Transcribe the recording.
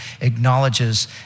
acknowledges